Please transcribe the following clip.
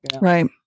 Right